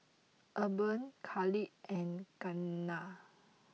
Urban Khalid and Keanna